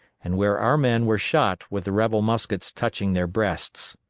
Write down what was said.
and where our men were shot with the rebel muskets touching their breasts.